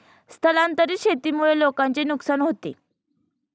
स्थलांतरित शेतीमुळे लोकांचे नुकसान होते